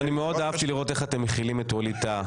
מאוד אהבתי לראות איך אתם מכילים את ווליד טאהא.